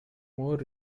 more